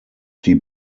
die